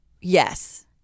Yes